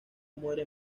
muere